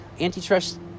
antitrust